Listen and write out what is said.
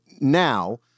now